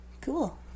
Cool